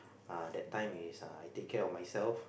uh that time is uh I take care of myself